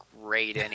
great